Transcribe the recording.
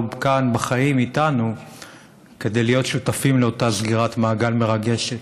לא כאן בחיים איתנו כדי להיות שותפים לאותה סגירת מעגל מרגשת,